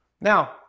Now